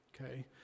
Okay